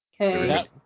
Okay